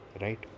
right